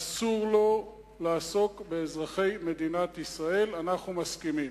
אסור לו לעסוק באזרחי מדינת ישראל, אנחנו מסכימים.